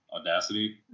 Audacity